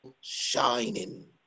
shining